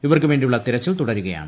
ഇവർക്ക് വേ ിയുള്ള തിരച്ചിൽ തുടരുകയാണ്